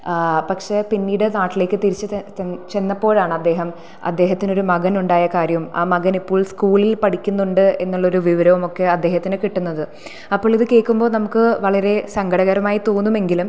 പക്ഷേ പിന്നീട് നാട്ടിലേക്ക് തിരിച്ച് ചെന്നപ്പോഴാണ് അദ്ദേഹം അദ്ദേഹത്തിനൊരു മകനുണ്ടായ കാര്യം ആ മകനിപ്പോൾ സ്കൂളിൽ പഠിക്കുന്നുണ്ട് എന്നുള്ളൊരു വിവരവുമൊക്കെ അദ്ദേഹത്തിനു കിട്ടുന്നത് അപ്പോൾ ഇത് കേൾക്കുമ്പോൾ നമുക്ക് വളരെ സങ്കടകരമായി തോന്നുമെങ്കിലും